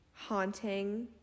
Haunting